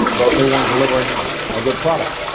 but they weren't delivering a good product.